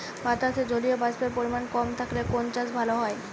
বাতাসে জলীয়বাষ্পের পরিমাণ কম থাকলে কোন চাষ ভালো হয়?